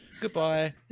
Goodbye